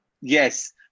yes